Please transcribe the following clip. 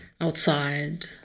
outside